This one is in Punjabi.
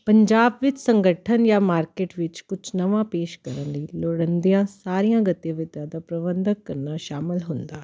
ਪੰਜਾਬ ਵਿੱਚ ਸੰਗਠਨ ਜਾਂ ਮਾਰਕੀਟ ਵਿੱਚ ਕੁਛ ਨਵਾਂ ਪੇਸ਼ ਕਰਨ ਲਈ ਲੋੜੀਂਦੀਆਂ ਸਾਰੀਆਂ ਗਤੀਵਿਧੀਆਂ ਦਾ ਪ੍ਰਬੰਧਕ ਕਰਨਾ ਸ਼ਾਮਿਲ ਹੁੰਦਾ ਹੈ